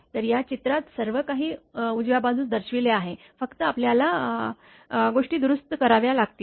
तर या चित्रात सर्व काही उजव्या बाजूस दर्शविले आहे फक्त आपल्याला गोष्टी दुरुस्त कराव्या लागतील